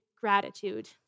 gratitude